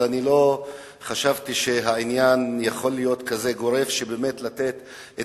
אבל אני לא חשבתי שהעניין יכול להיות כזה גורף שבאמת לתת את